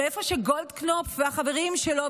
מאיפה שגולדקנופ והחברים שלו,